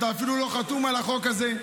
אתה, אפילו, לא חתום על החוק הזה,